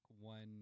one